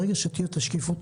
ברגע שתהיה שקיפות,